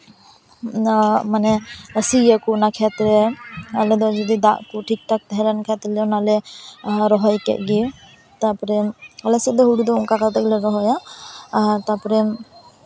ᱚᱱᱟ ᱢᱟᱱᱮ ᱥᱤᱭᱟᱠᱚ ᱚᱱᱟ ᱠᱷᱮᱛᱨᱮ ᱟᱞᱮ ᱫᱚ ᱡᱩᱫᱤ ᱫᱟᱜ ᱠᱚ ᱴᱷᱤᱠᱼᱴᱷᱟᱠ ᱛᱟᱦᱮᱸ ᱞᱮᱱᱠᱷᱟᱱ ᱛᱟᱦᱞᱮ ᱚᱱᱟᱞᱮ ᱨᱚᱦᱚᱭ ᱠᱮᱫ ᱜᱮ ᱛᱟᱨᱯᱚᱨᱮ ᱟᱞᱮ ᱥᱮᱫ ᱫᱚ ᱦᱩᱲᱩ ᱫᱚ ᱚᱱᱠᱟ ᱠᱟᱛᱮᱫ ᱜᱮᱞᱮ ᱨᱚᱦᱚᱭᱟ ᱟᱨ ᱛᱟᱨᱯᱚᱨᱮ